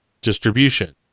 distribution